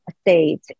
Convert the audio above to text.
state